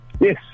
Yes